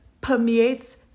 permeates